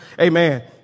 Amen